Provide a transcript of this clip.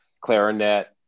clarinet